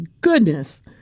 goodness